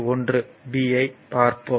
1 b ஐ பார்ப்போம்